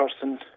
person